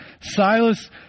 Silas